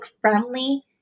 friendly